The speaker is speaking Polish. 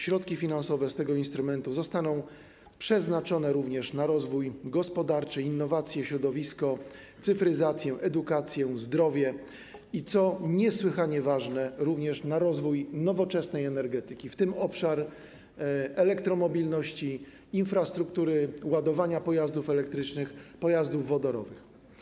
Środki finansowe z tego instrumentu zostaną przeznaczone również na rozwój gospodarczy, innowacje, środowisko, cyfryzację, edukację, zdrowie i - co niesłychanie ważne - rozwój nowoczesnej energetyki, w tym obszar elektromobilności, infrastruktury ładowania pojazdów elektrycznych, pojazdów wodorowych.